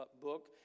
book